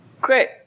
Great